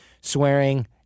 Swearing